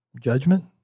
Judgment